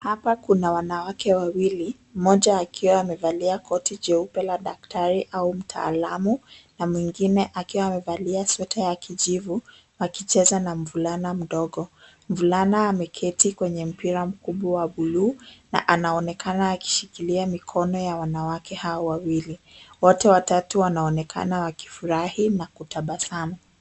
Hapa kuna wanawake wawili, mmoja akiwa amevalia koti jeupe la daktari au mtaalamu, na mwingine akiwa amevalia sweta ya kijivu akicheza na mvulana mdogo. Mvulana ameketi kwenye mpira mkubwa wa buluu na anaonekana akishikilia mikono ya wanawake hao wawili. Wote watatu wanaonekana wakifurahi na kutabasamu.